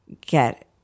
get